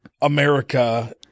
America